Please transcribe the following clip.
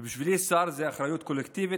ובשבילי שר זה אחריות קולקטיבית,